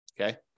Okay